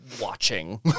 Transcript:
watching